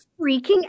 freaking